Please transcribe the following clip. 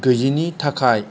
गैैयैनि थाखाय